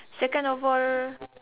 second of all